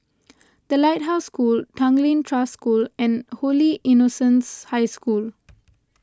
the Lighthouse School Tanglin Trust School and Holy Innocents' High School